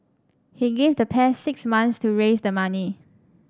he gave the pair six months to raise the money